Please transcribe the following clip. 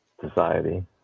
society